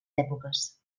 èpoques